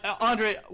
Andre